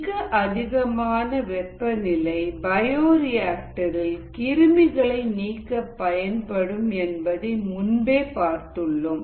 மிக அதிகமான வெப்பநிலை பயோரிஆக்டர் ரில் கிருமிகளை நீக்க பயன்படும் என்பதை முன்பே பார்த்துள்ளோம்